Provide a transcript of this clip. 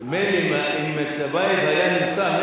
מילא אם טיבייב היה נמצא,